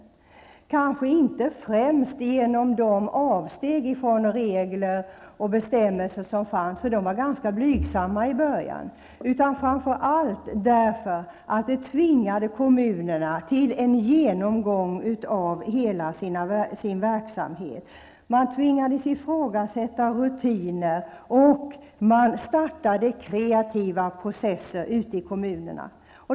Det var kanske inte främst genom de avsteg från regler och bestämmelser som gjordes, för de var ganska blygsamma i början, utan därför att det tvingade kommunerna till en genomgång av hela verksamheten. Man tvingades att ifrågasätta rutiner. Man startade kreativa processer ute i kommunerna.